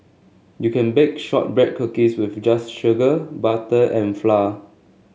you can bake shortbread cookies just with sugar butter and flour